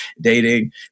dating